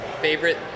favorite